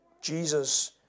Jesus